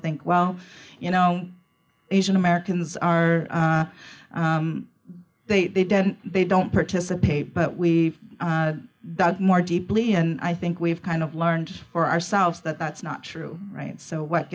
think well you know asian americans are they they don't they don't participate but we dug more deeply and i think we've kind of learned for ourselves that that's not true right so what